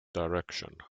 direction